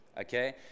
okay